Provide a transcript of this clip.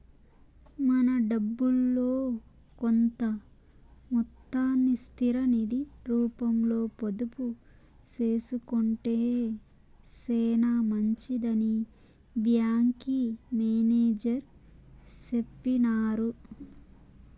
మన డబ్బుల్లో కొంత మొత్తాన్ని స్థిర నిది రూపంలో పొదుపు సేసుకొంటే సేనా మంచిదని బ్యాంకి మేనేజర్ సెప్పినారు